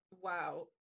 wow